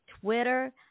Twitter